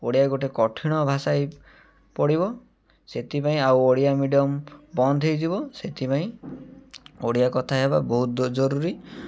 ଓଡ଼ିଆ ଗୋଟେ କଠିନ ଭାଷା ପଡ଼ିବ ସେଥିପାଇଁ ଆଉ ଓଡ଼ିଆ ମିଡ଼ିଅମ୍ ବନ୍ଦ ହେଇଯିବ ସେଥିପାଇଁ ଓଡ଼ିଆ କଥା ହେବା ବହୁତ ଜରୁରୀ